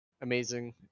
amazing